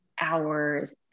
hours